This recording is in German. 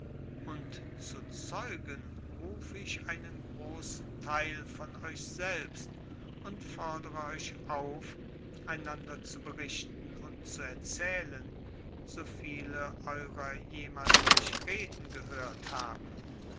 und zu zeugen rufe ich einen großen teil von euch selbst und fordere euch auf einander zu berichten und zu erzählen so viele eurer jemals mich reden gehört haben